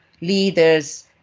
leaders